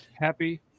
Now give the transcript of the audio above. Happy